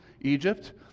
Egypt